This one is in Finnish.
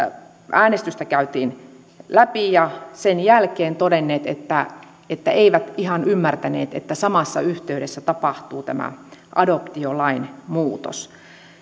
äänestystä käytiin läpi ja sen jälkeen todenneet että että eivät ihan ymmärtäneet että samassa yhteydessä tapahtuu tämä adoptiolain muutos